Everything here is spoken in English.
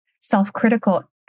self-critical